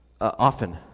often